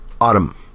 autumn